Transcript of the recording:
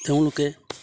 তেওঁলোকে